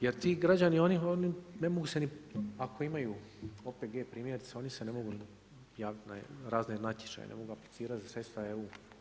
Jer ti građani, oni ne mogu se ni, ako imamu OPG primjerice, oni se ne mogu javiti na razne natječaje, ne mogu aplicirati za sredstva EU.